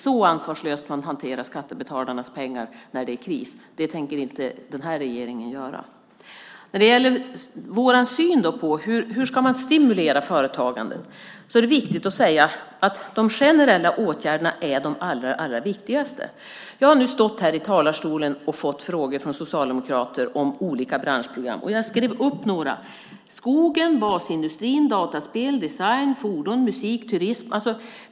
Så ansvarslöst hanterar man skattebetalarnas pengar när det är kris. Det tänker inte den här regeringen göra. När det gäller vår syn på hur man ska stimulera företagande är det viktigt att säga att de generella åtgärderna är de allra viktigaste. Jag har stått här i talarstolen och fått frågor från socialdemokrater om olika branschprogram. Jag har skrivit upp några: skogen, basindustrin, dataspel, design, fordon, musik och turism.